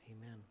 Amen